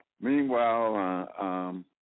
meanwhile